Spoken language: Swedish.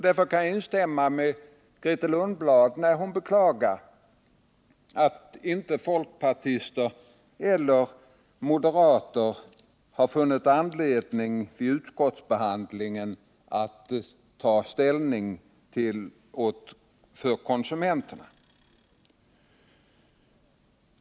Därför kan jag instämma med Grethe Lundblad när hon beklagade att inte folkpartister och moderater har funnit anledning att vid utskottsbehandlingen ta ställning för konsumenterna.